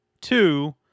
two